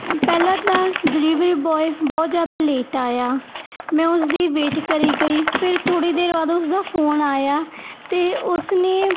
ਪਹਿਲਾਂ ਤਾਂ delivery boy ਬਹੁਤ ਜ਼ਿਆਦਾ ਲੇਟ ਆਇਆ ਮੈਂ ਉਸਦੀ ਵੇਟ ਕਰੀ ਗਈ ਫਿਰ ਥੋੜ੍ਹੀ ਦੇਰ ਬਾਅਦ ਉਸ ਦਾ ਫੋਨ ਆਇਆ ਅਤੇ ਉਸਨੇ